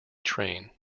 train